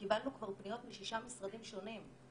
קיבלנו כבר פניות משישה משרדים שונים,